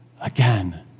Again